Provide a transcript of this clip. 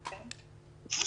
רוצה